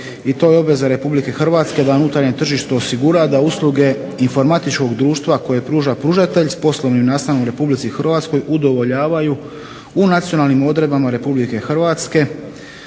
i to je obveza Republike Hrvatske da unutarnjem tržištu osigura da usluge informatičkog društva koje pruža pružatelj s poslovnim nastanom u Republici Hrvatskoj udovoljavaju u nacionalnim odredbama Republike Hrvatske